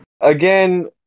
Again